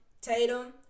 Tatum